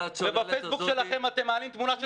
על הצוללת הזאת --- אתה